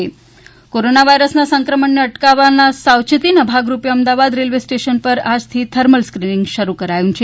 corona railway corona વાયરસના સંક્રમણને અટકાવવા સાવચેતીના ભાગરૂપે અમદાવાદ રેલ્વે સ્ટેશન ઉપર આજથી થર્મલ સ્ક્રિનીંગ શરૂ કરાયું છે